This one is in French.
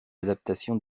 adaptation